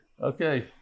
Okay